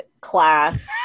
class